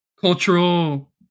Cultural